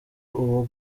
uwo